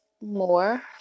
more